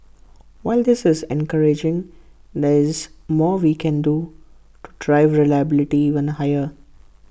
while this is encouraging there is more we can do to drive reliability even higher